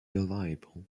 reliable